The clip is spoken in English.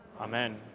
Amen